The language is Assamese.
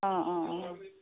অঁ অঁ অঁ